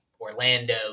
Orlando